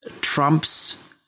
Trump's